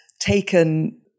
taken